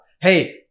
Hey